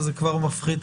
אז זה כבר מפחית.